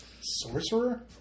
Sorcerer